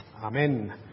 Amen